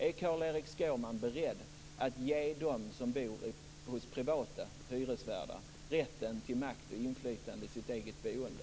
Är Carl-Erik Skårman beredd att ge dem som bor hos privata hyresvärdar rätten till makt och inflytande över sitt eget boende?